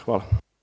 Hvala.